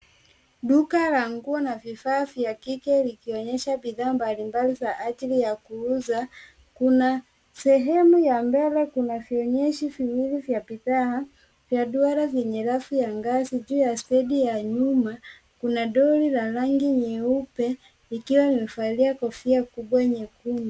Duka la nguo na vifaa vya kike likionyesha bidhaa mbalimbali za ajili ya kuuza. Kuna sehemu ya mbele kuna vionyeshi viwili vya bidhaa, vya duara vyenye rafu ya ngazi . Juu ya stendi ya nyuma kuna doli la rangi nyeupe likiwa lmevalia kofia kubwa nyekundu.